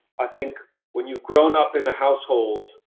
i think when you've grown up in a household,